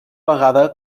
vegada